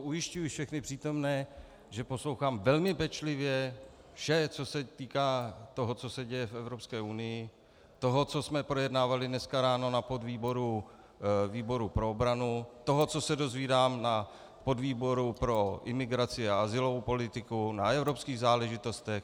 Ujišťuji všechny přítomné, že poslouchám velmi pečlivě vše, co se týká toho, co se děje v Evropské unii, toho, co jsme projednávali dneska ráno na výboru pro obranu, toho, co se dozvídám na podvýboru pro imigraci a azylovou politiku, na evropských záležitostech.